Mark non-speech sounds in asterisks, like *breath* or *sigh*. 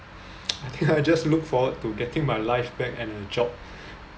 *noise* I think I just look forward to getting my life back and a job *breath*